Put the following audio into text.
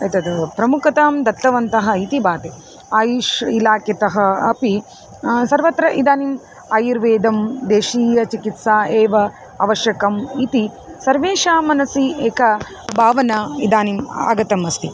एतद् प्रमुखतां दत्तवन्तः इति भाति आयुषः इलाक्यतः अपि सर्वत्र इदानीम् आयुर्वेदं देशीयचिकित्सा एव आवश्यकी इति सर्वेषां मनसि एका भावना इदानीम् आगता अस्ति